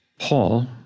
Paul